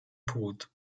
płód